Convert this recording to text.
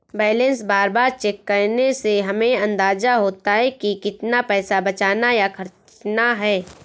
balance बार बार check करने से हमे अंदाज़ा होता है की कितना पैसा बचाना या खर्चना है